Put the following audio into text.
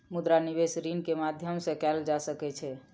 मुद्रा निवेश ऋण के माध्यम से कएल जा सकै छै